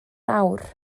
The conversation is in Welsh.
awr